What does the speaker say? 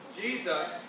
Jesus